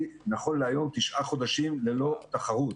נכון להיום היא 9 חודשים ללא תחרות.